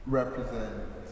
represent